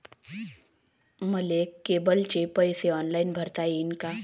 मले केबलचे पैसे ऑनलाईन भरता येईन का?